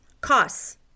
costs